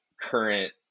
current